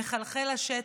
מחלחל לשטח,